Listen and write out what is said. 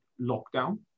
lockdown